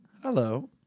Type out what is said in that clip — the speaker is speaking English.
hello